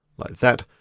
like that.